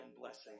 blessing